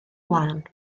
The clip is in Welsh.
lân